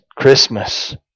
Christmas